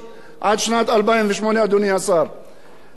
עיר מאוחדת: דיר-אל-אסד, בענה ומג'ד-אל-כרום,